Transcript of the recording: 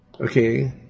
Okay